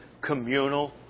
communal